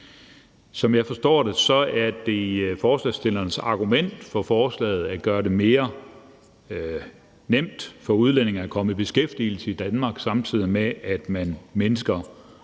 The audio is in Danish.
Som jeg forstår det, er det forslagsstillernes argument for forslaget at gøre det nemmere for udlændinge at komme i beskæftigelse i Danmark, samtidig med at man mindsker